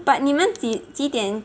but 你们几几点